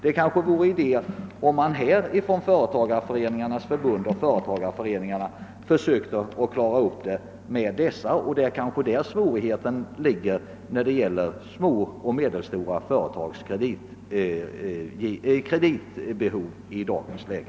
Det kanske vore idé att Företagareföreningarnas förbund och företagareföreningarna försökte klara upp den saken med de större företagen och att det är där svårigheten ligger när det gäller små och medelstora företags kreditbehov i dagens läge.